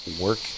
work